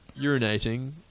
urinating